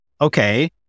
okay